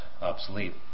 obsolete